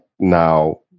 now